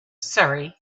surrey